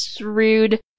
rude